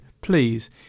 please